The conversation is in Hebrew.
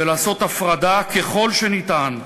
ולעשות הפרדה, ככל שניתן,